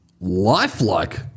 Lifelike